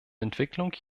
entwicklung